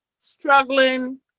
struggling